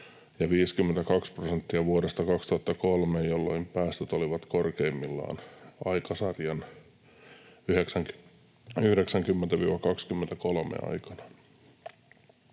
52 prosenttia vuodesta 2003, jolloin päästöt olivat korkeimmillaan aikasarjan 90—23 aikana.